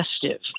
festive